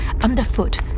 underfoot